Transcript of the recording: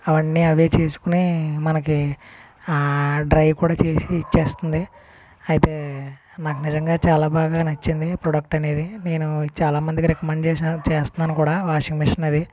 అవన్నీ అవే చేసుకుని మనకి డ్రై కూడా చేసి ఇచ్చేస్తుంది అయితే నాకు నిజంగా చాలా బాగా నచ్చింది ప్రోడక్ట్ అనేది నేను చాలా మందికి రికమెండ్ చేశాను చేస్తున్నాను కూడా వాషింగ్ మిషను అది